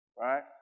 Right